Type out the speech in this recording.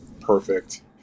perfect